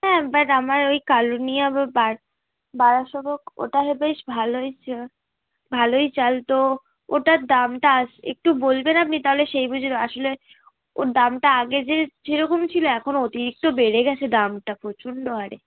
হ্যাঁ বাট আমার ওই কালুনিয়া বা ওটা বেশ ভালোই ছিলো ভালোই চাল তো ওটার দামটা আস একটু বলবেন আপনি তাহলে সেই বুঝে আসলে ওর দামটা আগে যে যেরকম ছিলো এখন অতিরিক্ত বেড়ে গেছে দামটা প্রচণ্ড হারে